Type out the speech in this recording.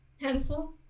Handful